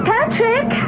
Patrick